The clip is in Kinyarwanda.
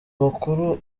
bakuru